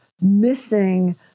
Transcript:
missing